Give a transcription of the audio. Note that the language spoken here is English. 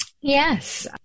Yes